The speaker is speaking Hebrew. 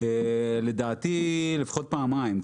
לדעתי לפחות פעמיים.